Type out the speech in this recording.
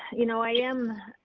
you know, i am,